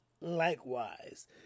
likewise